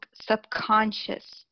subconscious